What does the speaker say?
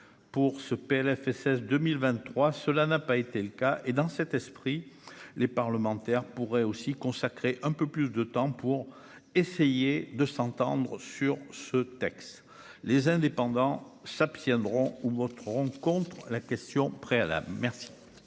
pour ce Plfss 2023, cela n'a pas été le cas et dans cet esprit, les parlementaires pourraient aussi consacrer un peu plus de temps pour essayer de s'entendre sur ce texte, les indépendants s'abstiendront ou voteront contre, la question préalable merci.